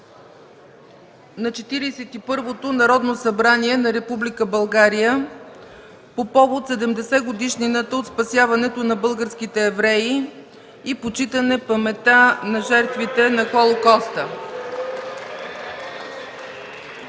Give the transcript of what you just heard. първото Народно събрание на Република България по повод 70-годишнината от спасяването на българските евреи и почитане паметта на жертвите на Холокоста,